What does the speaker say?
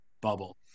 bubble